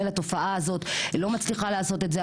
לתופעה הזאת לא מצליחה לעשות את זה.